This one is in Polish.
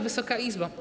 Wysoka Izbo!